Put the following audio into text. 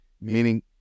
Meaning